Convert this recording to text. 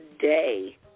day